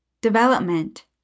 Development